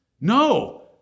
No